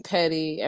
Petty